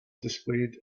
displayed